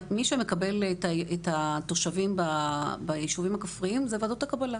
מי שמקבל את התושבים בישובים הכפריים זה וועדות הקבלה.